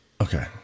Okay